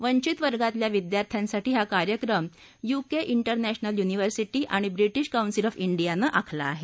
वंचित वर्गातल्या विद्यार्थ्यासाठी हा कार्यक्रम युके त्विरनॅशनल युनिवर्सिटी आणि ब्रिटिश कौन्सिल ऑफ डियानं आखला आहे